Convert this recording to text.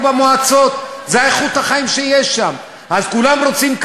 סמוך ובטוח שהממשלה וזרועותיה יעשו שימוש